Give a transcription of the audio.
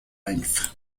length